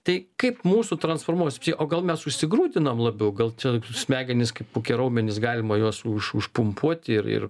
tai kaip mūsų transformuos o gal mes užsigrūdinam labiau gal čia smegenys kaip kokie raumenys galima juos už užpumpuoti ir ir